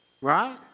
right